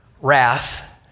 wrath